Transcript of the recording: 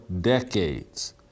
decades